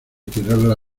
tirarla